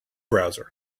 browser